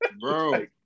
Bro